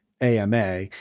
AMA